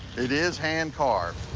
it is hand-carved.